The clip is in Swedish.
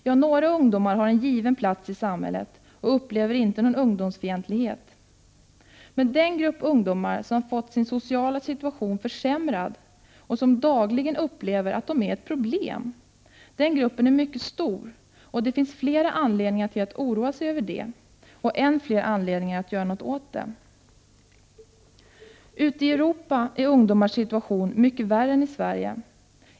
Ja, några ungdomar har en given plats i samhället och upplever inte någon ungdomsfientlighet. Men den grupp ungdomar som har fått sin sociala situation försämrad och som dagligen upplever att de är ett problem, den gruppen är mycket stor, och det finns flera anledningar till att oroa sig över det, och än fler anledningar till att göra något åt det. Ute i Europa är ungdomarnas situation mycket värre än i Sverige.